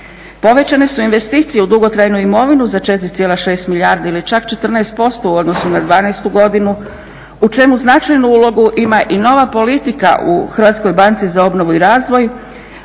Povećane su investicije u dugotrajnu imovinu za 4,6 milijardi ili čak 14% u odnosu na dvanaestu godinu u čemu značajnu ulogu ima i nova politika u Hrvatskoj banci za obnovu i razvoj